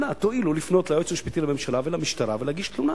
אנא תואילו לפנות ליועץ המשפטי לממשלה ולמשטרה ולהגיש תלונה.